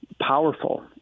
powerful